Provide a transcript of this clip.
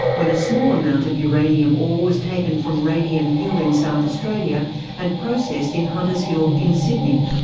when a small amount of uranium ore was taken from radium hill in south australia and processed in hunter's hill in sydney.